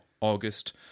August